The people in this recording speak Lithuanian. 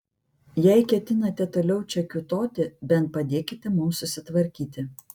jei ketinate toliau čia kiūtoti bent padėkite mums susitvarkyti